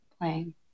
playing